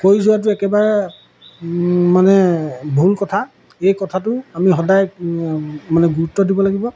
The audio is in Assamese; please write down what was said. কৰি যোৱাটো একেবাৰে মানে ভুল কথা এই কথাটো আমি সদায় মানে গুৰুত্ব দিব লাগিব